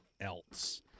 else